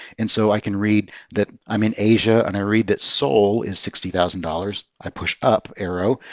and so i can read that i'm in asia. and i read that seoul is sixty thousand dollars. i push up arrow.